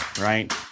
Right